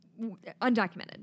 undocumented